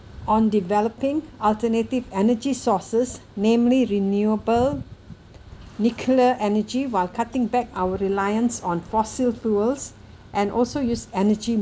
on developing alternative energy sources namely renewable nuclear energy while cutting back our reliance on fossil fuels and also use energy